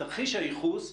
תרחיש הייחוס,